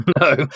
No